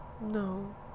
no